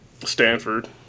Stanford